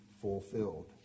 fulfilled